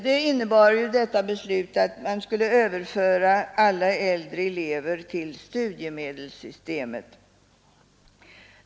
Detta beslut innebar att man skulle överföra alla äldre elever till studiemedelssystemet.